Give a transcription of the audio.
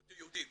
תבואו כיהודים.